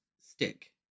stick